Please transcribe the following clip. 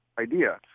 idea